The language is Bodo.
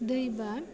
दै बा